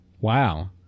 Wow